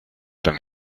than